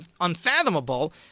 unfathomable